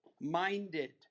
minded